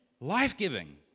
life-giving